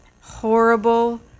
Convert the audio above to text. horrible